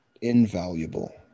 invaluable